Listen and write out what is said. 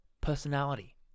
personality